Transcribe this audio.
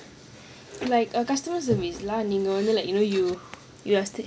like a customer service lah normally like you know you you me